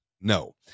No